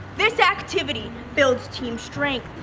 this activity builds team strength,